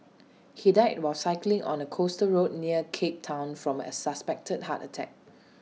he died while cycling on A coastal road near cape Town from A suspected heart attack